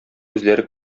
үзләре